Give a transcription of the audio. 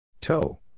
Toe